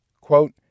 quote